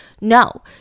No